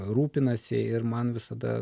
rūpinasi ir man visada